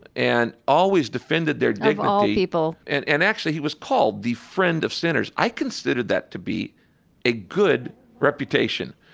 and always defended their dignity, of all people, and and actually, he was called the friend of sinners. i consider that to be a good reputation.